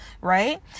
right